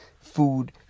food